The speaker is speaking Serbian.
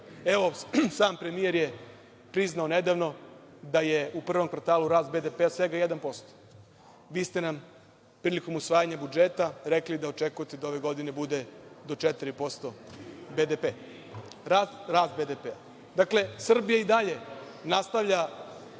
Evo, sam premijer je priznao nedavno da je u prvom kvartalu rast BDP-a svega 1%. Vi ste nam prilikom usvajanja rekli da očekujete da ove godine rast BDP-a bude do 4%.Dakle, Srbija i dalje nastavlja